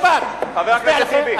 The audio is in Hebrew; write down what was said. חבר הכנסת טיבי.